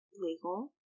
legal